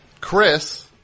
Chris